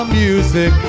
music